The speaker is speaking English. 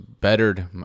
bettered